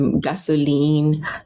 gasoline